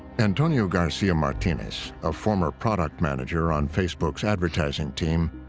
antonio garcia martinez, a former product manager on facebook's advertising team,